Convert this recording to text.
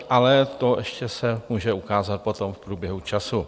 Ale to se může ukázat potom v průběhu času.